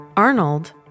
Arnold